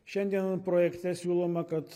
šiandien projekte siūloma kad